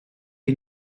jej